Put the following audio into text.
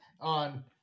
on